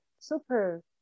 super